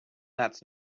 that’s